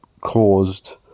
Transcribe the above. caused